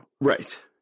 Right